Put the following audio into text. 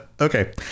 okay